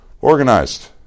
organized